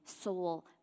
soul